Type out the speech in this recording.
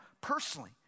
personally